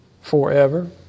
forever